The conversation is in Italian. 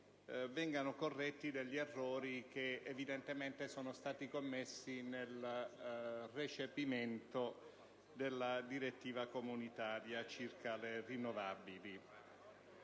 vengano corretti degli errori che evidentemente sono stati commessi nel recepimento della direttiva comunitaria sulle rinnovabili.